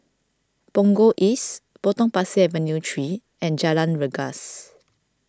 Punggol East Potong Pasir Avenue three and Jalan Rengas